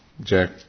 Jack